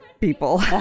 people